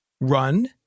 run